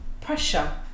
pressure